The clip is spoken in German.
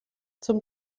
zum